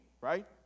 right